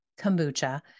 kombucha